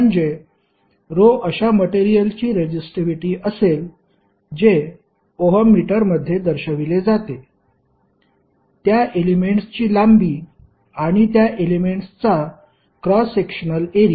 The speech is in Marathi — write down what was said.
म्हणजे ρ अशा मटेरियलची रेजिस्टिव्हीटी असेल जे ओहम मीटर मध्ये दर्शविले जाते त्या एलेमेंट्सची लांबी आणि त्या एलेमेंट्सचा क्रॉस सेक्शनल एरिया